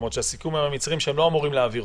למרות שהסיכום עם המצרים הוא שהם לא אמורים להעביר אותו.